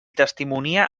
testimonia